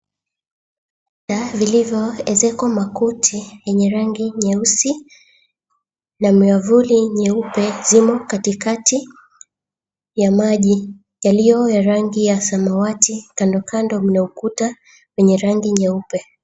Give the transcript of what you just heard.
Vilivyo ezekewa makuti yenye rangi nyeusi na miavuli nyeupe zimo katikati ya maji yaliyo ya rangi ya samawati kandokando mna ukuta wenye rangi nyeupe.